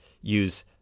use